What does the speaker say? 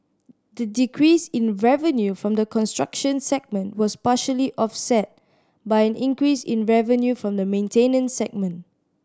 the decrease in revenue from the construction segment was partially offset by an increase in revenue from the maintenance segment